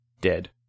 dead